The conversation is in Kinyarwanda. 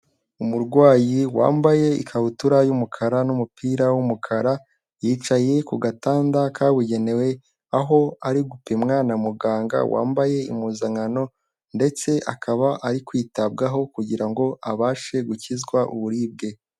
Umurwayi wambaye ikabutura y'umukara n'umupira w'umukara, yicaye ku gatanda kabugenewe, aho ari gupimwa na muganga wambaye impuzankano, ndetse akaba ari kwitabwaho kugira ngo abashe gukizwa uburibwe.